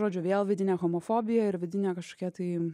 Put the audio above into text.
žodžiu vėl vidinė homofobija ir vidinė kažkokia tai